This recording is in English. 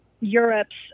Europe's